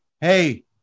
hey